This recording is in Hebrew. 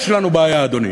יש לנו בעיה, אדוני.